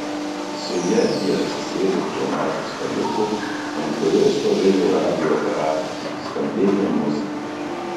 su ja ji atsisėdo prie mažo staliuko ant kurio stovėjo radijo aparatas skambėjo muzika